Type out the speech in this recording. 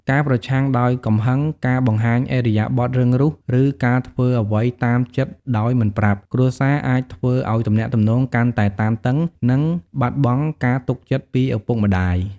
ការប្រឆាំងដោយកំហឹង ការបង្ហាញឥរិយាបថរឹងរូស ឬ ការធ្វើអ្វីតាមចិត្តដោយមិនប្រាប់ គ្រួសារ អាចធ្វើឲ្យទំនាក់ទំនងកាន់តែតានតឹង និង បាត់បង់ការទុកចិត្ត ពីឪពុកម្ដាយ។